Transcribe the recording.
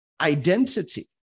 identity